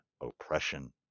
oppression